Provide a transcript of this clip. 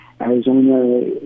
Arizona